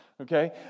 Okay